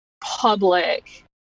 public